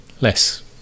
less